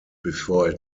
before